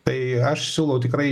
tai aš siūlau tikrai